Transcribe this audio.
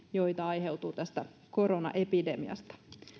joita aiheutuu tästä koronaepidemiasta